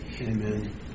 Amen